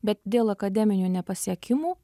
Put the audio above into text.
bet dėl akademinių nepasiekimų